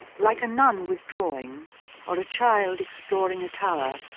like a nun withdrawing or a child exploring a tower,